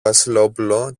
βασιλόπουλο